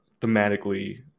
thematically